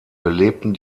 belebten